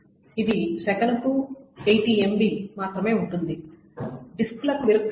ఇది సెకనుకు 80 MB మాత్రమే ఉంటుంది డిస్క్లకు విరుద్ధంగా